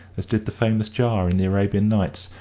as did the famous jar in the arabian nights,